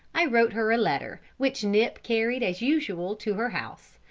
i wrote her a letter, which nip carried as usual to her house,